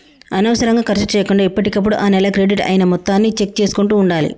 అనవసరంగా ఖర్చు చేయకుండా ఎప్పటికప్పుడు ఆ నెల క్రెడిట్ అయిన మొత్తాన్ని చెక్ చేసుకుంటూ ఉండాలి